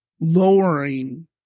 lowering